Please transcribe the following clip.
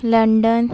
London